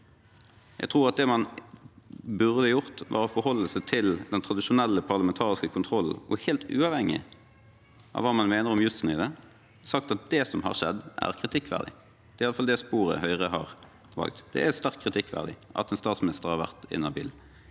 Jeg tror at det man burde gjort, var å forholde seg til den tradisjonelle parlamentariske kontrollen og – helt uavhengig av hva man mener om jussen i det – sagt at det som har skjedd, er kritikkverdig. Det er iallfall det sporet Høyre har valgt. Det er sterkt kritikkverdig at en statsminister har vært inhabil